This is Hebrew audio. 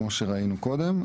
כמו שראינו קודם.